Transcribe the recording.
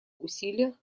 усилиях